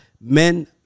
men